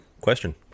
question